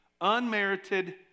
Unmerited